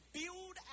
build